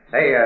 Hey